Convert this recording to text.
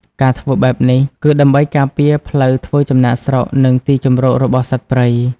ការធ្វើបែបនេះ គឺដើម្បីការពារផ្លូវធ្វើចំណាកស្រុក និងទីជម្រករបស់សត្វព្រៃ។